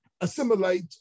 assimilate